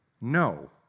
no